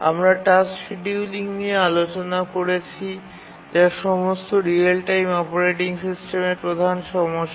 আমরা task scheduling নিয়ে আলোচনা করেছি যা সমস্ত রিয়েল টাইম অপারেটিং সিস্টেমের প্রধান সমস্যা